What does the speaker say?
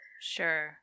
Sure